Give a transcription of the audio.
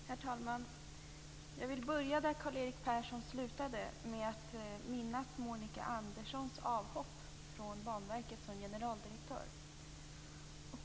Herr talman! Jag vill börja där Karl-Erik Persson slutade genom att minnas Monica Anderssons avhopp från Banverket som generaldirektör.